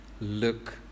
Look